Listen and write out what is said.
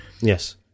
Yes